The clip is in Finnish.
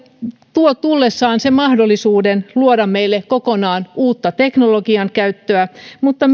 tuo tullessaan mahdollisuuden luoda meille kokonaan uutta teknologian käyttöä mutta